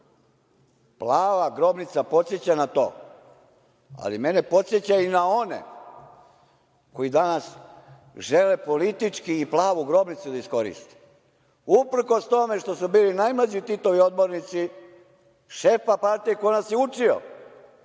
„Plava grobnica“ podseća na to. Ali, mene podseća i na one koji danas žele politički i „Plavu grobnicu“ da iskoriste, uprkos tome što su bili najmlađi Titovi odbornici, šefa partije koji nas je učio